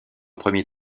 premier